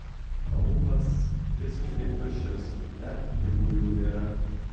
aūlas visiškai tuščias net gyvulių nėra